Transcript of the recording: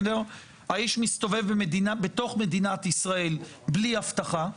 האיש מסתובב בתוך מדינת ישראל בלי אבטחה.